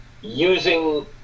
using